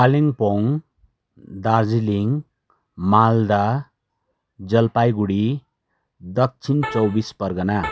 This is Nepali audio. कालिम्पोङ दार्जिलिङ मालदा जलपाइगढी दक्षिण चौबिस परगना